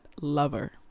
lover